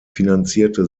finanzierte